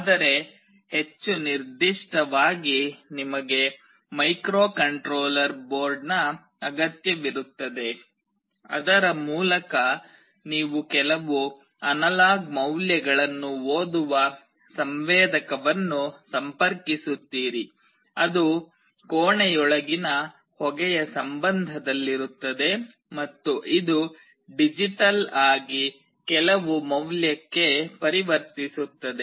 ಆದರೆ ಹೆಚ್ಚು ನಿರ್ದಿಷ್ಟವಾಗಿ ನಿಮಗೆ ಮೈಕ್ರೊಕಂಟ್ರೋಲರ್ ಬೋರ್ಡ್ ಅಗತ್ಯವಿರುತ್ತದೆ ಅದರ ಮೂಲಕ ನೀವು ಕೆಲವು ಅನಲಾಗ್ ಮೌಲ್ಯಗಳನ್ನು ಓದುವ ಸಂವೇದಕವನ್ನು ಸಂಪರ್ಕಿಸುತ್ತೀರಿ ಅದು ಕೋಣೆಯೊಳಗಿನ ಹೊಗೆಯ ಸಂಬಂಧದಲ್ಲಿರುತ್ತದೆ ಮತ್ತು ಇದು ಡಿಜಿಟಲ್ ಆಗಿ ಕೆಲವು ಮೌಲ್ಯಕ್ಕೆ ಪರಿವರ್ತಿಸುತ್ತದೆ